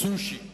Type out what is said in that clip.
סושי,